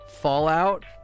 Fallout